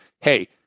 Hey